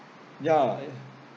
ya